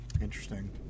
Interesting